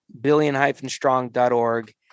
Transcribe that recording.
billion-strong.org